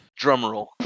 drumroll